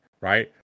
right